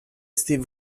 steve